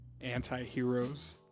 anti-heroes